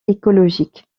écologique